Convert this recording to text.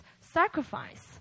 sacrifice